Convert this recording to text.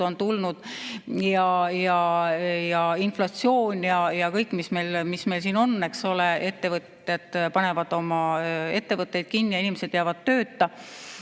on tulnud, inflatsioon ja kõik, mis meil siin on, eks ole, ettevõtjad panevad oma ettevõtteid kinni ja inimesed jäävad tööta.